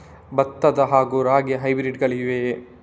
ಭತ್ತ ಹಾಗೂ ರಾಗಿಯ ಹೈಬ್ರಿಡ್ ಗಳಿವೆಯೇ?